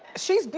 she's,